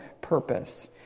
purpose